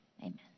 Amen